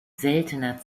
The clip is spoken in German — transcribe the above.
seltener